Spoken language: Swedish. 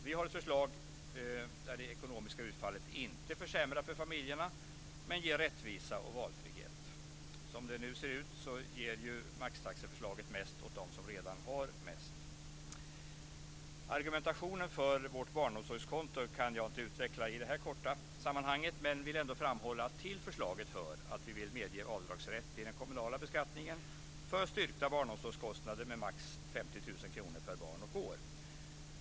Vi har ett förslag där det ekonomiska utfallet inte försämrar för familjerna men som ger rättvisa och valfrihet. Som det nu ser ut ger ju maxtaxeförslaget mest åt dem som redan har mest. Argumentationen för vårt barnomsorgskonto kan jag inte utveckla i det här sammanhanget, men jag vill ändå framhålla att till förslaget hör att vi vill medge avdragsrätt i den kommunala beskattningen för styrkta barnomsorgskostnader med max 50 000 kr per barn och år.